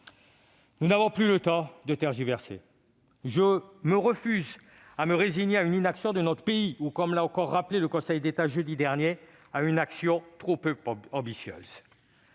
Nous n'avons plus le temps de tergiverser. Je refuse de me résigner à une inaction de notre pays ou, comme l'a encore rappelé le Conseil d'État jeudi dernier, à une action bien trop peu ambitieuse.